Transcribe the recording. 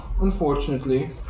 unfortunately